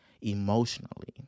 emotionally